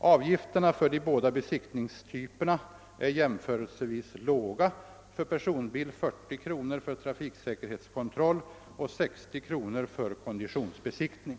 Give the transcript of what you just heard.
Avgifterna för de båda besiktningstyperna är jämförelsevis låga — för personbil 40 kr. för trafiksäkerhetskontroll och 60 kr. för konditionsbesiktning.